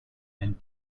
and